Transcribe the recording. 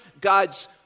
God's